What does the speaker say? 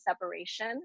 separation